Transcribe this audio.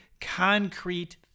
concrete